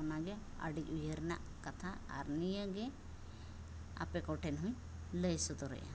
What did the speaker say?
ᱚᱱᱟᱜᱮ ᱟᱹᱰᱤ ᱩᱭᱦᱟᱹᱨᱟᱱᱟᱜ ᱠᱟᱛᱷᱟ ᱟᱨ ᱱᱤᱭᱟᱹᱜᱮ ᱟᱯᱮᱠᱚ ᱴᱷᱮᱱᱦᱚᱧ ᱞᱟᱹᱭ ᱥᱚᱫᱚᱨᱮᱫᱼᱟ